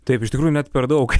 taip iš tikrųjų net per daug